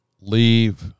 leave